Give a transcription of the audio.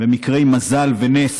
על מקרי מזל ונס,